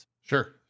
sure